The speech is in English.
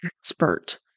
expert